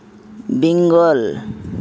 Bengal